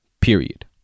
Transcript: Period